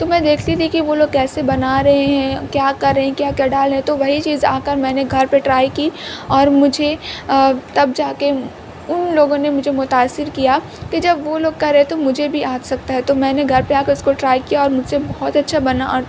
تو میں دیکھتی تھی کہ وہ لوگ کیسے بنا رہے ہیں کیا کر رہے ہیں کیا کیا ڈال رہے ہیں تو وہی چیز آ کر میں نے گھر پہ ٹرائی کی اور مجھے تب جا کے ان لوگوں نے مجھے متاثر کیا کہ جب وہ لوگ کر رہے تو مجھے بھی آ سکتا ہے تو میں نے گھر پہ آ کے اس کو ٹرائی کیا اور مجھ سے بہت اچھا بنا اور